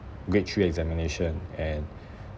grade three examination and